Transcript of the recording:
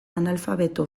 analfabeto